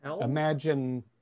imagine